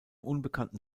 unbekannten